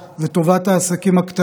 אלה האנשים שהבנקים לא רואים,